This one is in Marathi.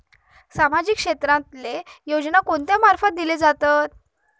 सामाजिक क्षेत्रांतले योजना कोणा मार्फत दिले जातत?